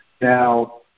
Now